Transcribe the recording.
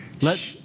Let